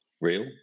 real